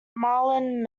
marilyn